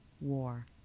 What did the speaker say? War